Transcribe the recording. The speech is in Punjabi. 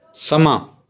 ਸਮਾਂ